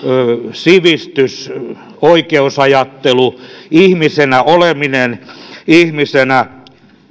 sivistys oikeusajattelu ihmisenä oleminen ihmisenä